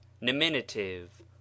nominative